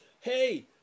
hey